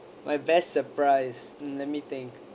my best surprise let me think